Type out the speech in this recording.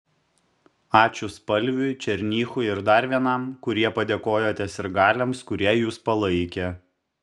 ačiū spalviui černychui ir dar vienam kurie padėkojote sirgaliams kurie jus palaikė